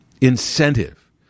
incentive